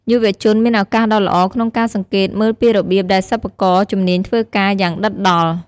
យុវជនមានឱកាសដ៏ល្អក្នុងការសង្កេតមើលពីរបៀបដែលសិប្បករជំនាញធ្វើការ យ៉ាងដិតដល់។